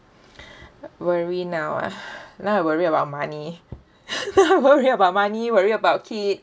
worry now ah now I worry about money now worry about money worry about kid